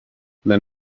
then